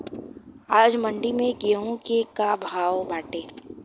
आज मंडी में गेहूँ के का भाव बाटे?